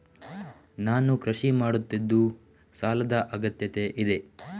ನಾನು ಕೃಷಿ ಮಾಡುತ್ತಿದ್ದು ಸಾಲದ ಅಗತ್ಯತೆ ಇದೆ?